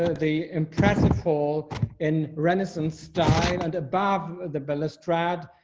the impressive people in renison stein and above the ballast trad.